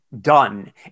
done